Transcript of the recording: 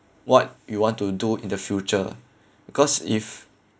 what you want to do in the future because if